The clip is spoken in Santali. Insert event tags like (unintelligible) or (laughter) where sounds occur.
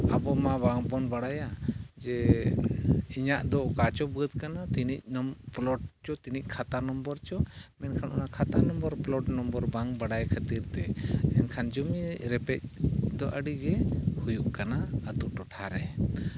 ᱟᱵᱚᱢᱟ ᱵᱟᱝᱵᱚᱱ ᱵᱟᱲᱟᱭᱟ ᱡᱮ ᱤᱧᱟᱹᱜ ᱫᱚ ᱚᱠᱟ ᱪᱚ ᱵᱟᱹᱫᱽ ᱠᱟᱱᱟ ᱛᱤᱱᱟᱹᱜ (unintelligible) ᱯᱞᱚᱴ ᱪᱚᱝ ᱛᱤᱱᱟᱹᱜ ᱠᱷᱟᱛᱟ ᱱᱚᱢᱵᱚᱨ ᱪᱚ ᱢᱮᱱᱠᱷᱟᱱ ᱚᱱᱟ ᱠᱷᱟᱛᱟ ᱱᱚᱢᱵᱚᱨ ᱯᱞᱚᱴ ᱱᱚᱢᱵᱚᱨ ᱵᱟᱝ ᱵᱟᱲᱟᱭ ᱠᱷᱟᱹᱛᱤᱨᱼᱛᱮ ᱢᱮᱱᱠᱷᱟᱱ ᱡᱩᱢᱤ ᱨᱮᱯᱮᱡᱽ ᱫᱚ ᱟᱹᱰᱤᱜᱮ ᱦᱩᱭᱩᱜ ᱠᱟᱱᱟ ᱟᱹᱛᱩ ᱴᱚᱴᱷᱟ ᱨᱮ